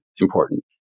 important